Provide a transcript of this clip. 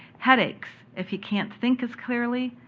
headaches, if he can't think as clearly,